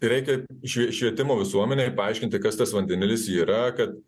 reikia švie švietimo visuomenei paaiškinti kas tas vandenilis yra kad